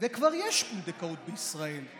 וכבר יש פונדקאות בישראל,